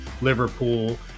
Liverpool